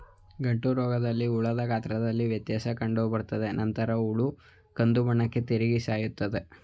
ಗಂಟುರೋಗದಲ್ಲಿ ಹುಳದ ಗಾತ್ರದಲ್ಲಿ ವ್ಯತ್ಯಾಸ ಕಂಡುಬರ್ತದೆ ನಂತರ ಹುಳ ಕಂದುಬಣ್ಣಕ್ಕೆ ತಿರುಗಿ ಸಾಯ್ತವೆ